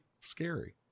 scary